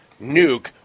Nuke